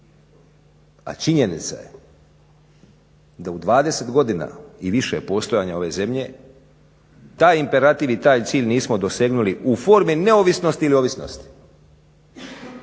A činjenica je da u 20 godina i više postojanja ove zemlje, taj imperativ i taj cilj nismo dosegnuli u formi neovisnosti ili ovisnosti.